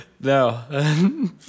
No